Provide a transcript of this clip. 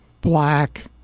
black